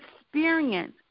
experience